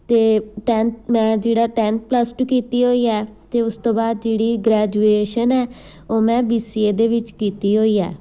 ਅਤੇ ਟੈਨ ਮੈਂ ਜਿਹੜਾ ਟੈਂਥ ਪਲੱਸ ਟੂ ਕੀਤੀ ਹੋਈ ਹੈ ਅਤੇ ਉਸ ਤੋਂ ਬਾਅਦ ਜਿਹੜੀ ਗ੍ਰੈਜੂਏਸ਼ਨ ਹੈ ਉਹ ਮੈਂ ਬੀ ਸੀ ਏ ਦੇ ਵਿੱਚ ਕੀਤੀ ਹੋਈ ਹੈ